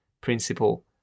principle